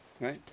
Right